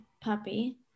puppy